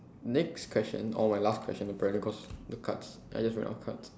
next question or my last question apparently cause the cards I just ran out of cards